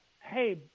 hey